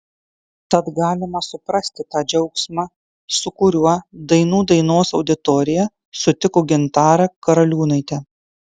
tad galima suprasti tą džiaugsmą su kuriuo dainų dainos auditorija sutiko gintarę karaliūnaitę